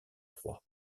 proies